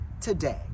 today